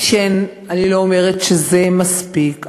אני לא אומרת שזה מספיק.